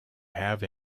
have